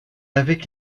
avec